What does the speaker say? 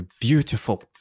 beautiful